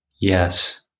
Yes